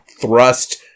thrust